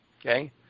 Okay